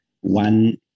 one